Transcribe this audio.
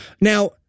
now